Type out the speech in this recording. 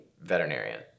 veterinarian